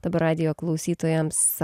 dabar radijo klausytojams